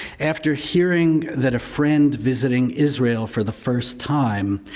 after hearing that a friend visiting israel for the first time,